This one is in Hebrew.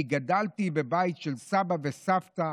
אני גדלתי בבית של סבא וסבתא.